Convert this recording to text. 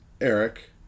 Eric